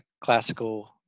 classical